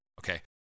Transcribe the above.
okay